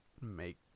make